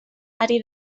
ari